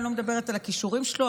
אני לא מדברת על הכישורים שלו,